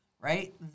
right